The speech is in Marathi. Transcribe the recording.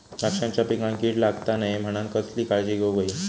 द्राक्षांच्या पिकांक कीड लागता नये म्हणान कसली काळजी घेऊक होई?